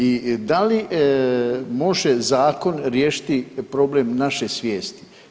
I da li može zakon riješiti problem naše svijesti?